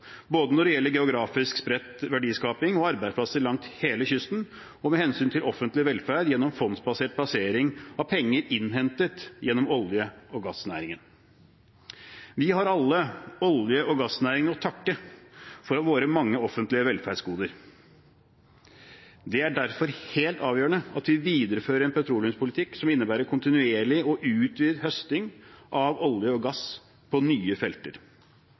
både geografisk spredt verdiskaping og arbeidsplasser langs hele kysten, og med hensyn til offentlig velferd gjennom fondsbasert plassering av penger innhentet gjennom olje- og gassnæringen. Vi har alle olje- og gassnæringen å takke for våre mange offentlige velferdsgoder. Det er derfor helt avgjørende at vi viderefører en petroleumspolitikk som innebærer kontinuerlig og utvidet høsting av olje og gass på nye felter.